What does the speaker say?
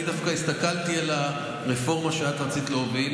דווקא הסתכלתי על הרפורמה שאת רצית להוביל.